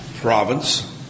province